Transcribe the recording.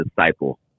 Disciple